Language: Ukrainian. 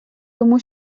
тому